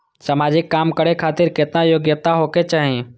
समाजिक काम करें खातिर केतना योग्यता होके चाही?